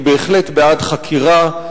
אני בהחלט בעד חקירה,